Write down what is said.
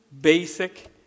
basic